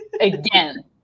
Again